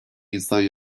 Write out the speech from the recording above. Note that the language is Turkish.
insan